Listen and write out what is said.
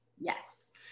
yes